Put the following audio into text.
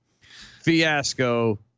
fiasco